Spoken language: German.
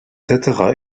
cetera